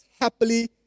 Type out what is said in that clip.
happily